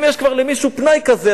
אם יש למישהו פנאי כזה,